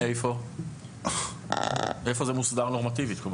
איפה זה מוסדר נורמטיבית?